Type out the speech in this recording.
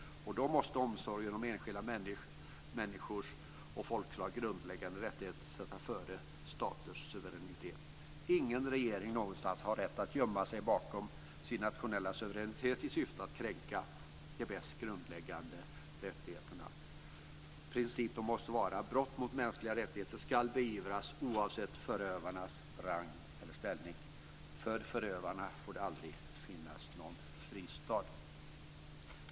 Och då måste omsorgen om enskilda människors och folkslags grundläggande rättigheter sättas före staters suveränitet. Ingen regering har någonstans rätt att gömma sig bakom sin nationella suveränitet i syfte att kränka de mest grundläggande rättigheterna. Principen måste vara att brott mot mänskliga rättigheter ska beivras, oavsett förövarens rang eller ställning. För förövarna får det aldrig finnas någon fristad.